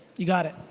you got it.